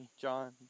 John